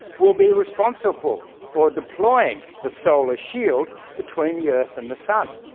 will be responsible for deploying the solar shield between the earth and the sun.